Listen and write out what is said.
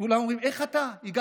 כולם אומרים: איך אתה הגעת?